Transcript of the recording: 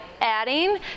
adding